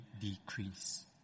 decrease